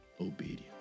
obedience